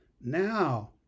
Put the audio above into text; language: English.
Now